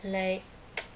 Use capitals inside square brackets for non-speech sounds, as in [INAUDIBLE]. like [NOISE]